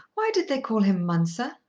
why did they call him mounser?